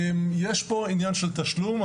יש פה עניין של תשלום.